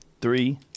three